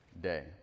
day